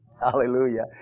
Hallelujah